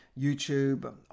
YouTube